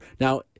now